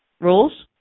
rules